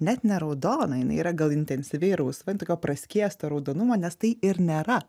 net ne raudona jinai yra gal intensyviai rausva tokio praskiesto raudonumo nes tai ir nėra